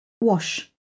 Wash